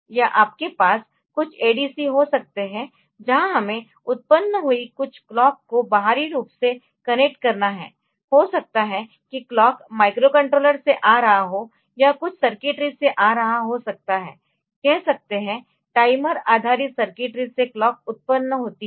या आपके पास कुछ ADC हो सकते है जहां हमें उत्पन्न हुई कुछ क्लॉक को बाहरी रूप से कनेक्ट करना है हो सकता है कि क्लॉक माइक्रोकंट्रोलर से आ रहा हो या कुछ सर्किटरी से आ रहा हो सकता है कह सकते है टाइमर आधारित सर्किटरी से क्लॉक उत्पन्न होती है